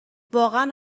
واقعا